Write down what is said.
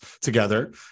together